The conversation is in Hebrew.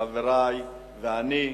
חברי ואני.